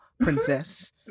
princess